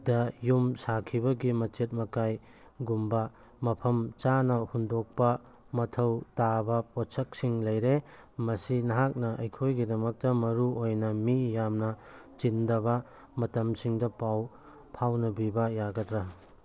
ꯗ ꯌꯨꯝ ꯁꯥꯈꯤꯕꯒꯤ ꯃꯆꯦꯠ ꯃꯀꯥꯏꯒꯨꯝꯕ ꯃꯐꯝ ꯆꯥꯅ ꯍꯨꯟꯗꯣꯛꯄ ꯃꯊꯧ ꯇꯥꯕ ꯄꯣꯠꯁꯛꯁꯤꯡ ꯂꯩꯔꯦ ꯃꯁꯤ ꯅꯍꯥꯛꯅ ꯑꯩꯈꯣꯏꯒꯤꯗꯃꯛꯇ ꯃꯔꯨ ꯑꯣꯏꯅ ꯃꯤ ꯌꯥꯝꯅ ꯆꯤꯟꯗꯕ ꯃꯇꯝꯁꯤꯡꯗ ꯄꯥꯎ ꯐꯥꯎꯅꯕꯤꯕ ꯌꯥꯒꯗ꯭ꯔꯥ